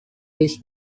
this